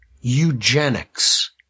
eugenics